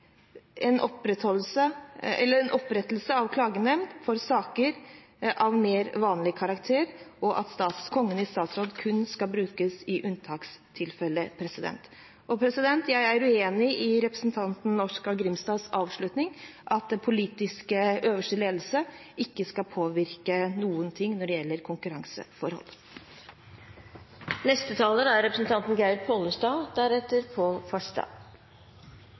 en oppretter en klagenemnd for saker av mer vanlig karakter, og at Kongen i statsråd kun skal brukes i unntakstilfeller. Jeg er uenig i det representanten Oskar J. Grimstad avslutningsvis sa om at den øverste politiske ledelse ikke skal påvirke noen ting når det gjelder konkurranseforhold. Konkurranse er